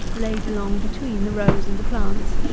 laid along between the rows and the plants,